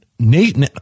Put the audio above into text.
Nate